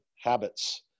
habits